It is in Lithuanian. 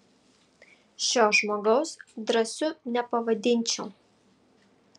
šio žmogaus drąsiu nepavadinčiau